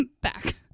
back